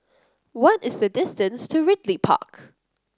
what is the distance to Ridley Park